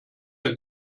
der